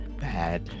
Bad